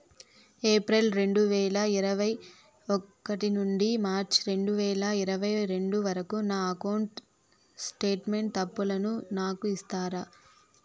April రెండు వేల ఇరవై ఒకటి నుండి మార్చ్ రెండు వేల ఇరవై రెండు వరకు నా అకౌంట్ స్టేట్మెంట్ తప్పులను నాకు ఇస్తారా?